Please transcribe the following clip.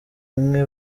umwe